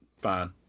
fine